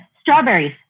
strawberries